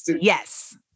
Yes